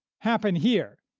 happen here,